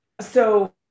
So-